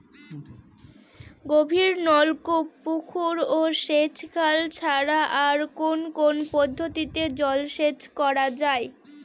গভীরনলকূপ পুকুর ও সেচখাল ছাড়া আর কোন কোন পদ্ধতিতে জলসেচ করা যায়?